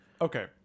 Okay